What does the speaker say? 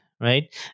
right